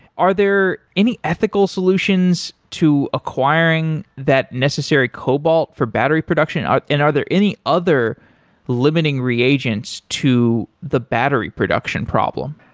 are there any ethical solutions to acquiring that necessary cobalt for battery production? are and are there any other limiting reagents to the battery production problem?